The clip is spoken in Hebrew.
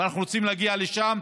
אנחנו רוצים להגיע לשם,